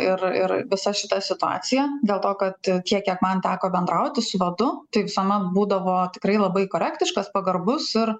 ir ir visa šita situacija dėl to kad tiek kiek man teko bendrauti su vadu tai visuomet būdavo tikrai labai korektiškas pagarbus ir